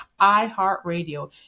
iHeartRadio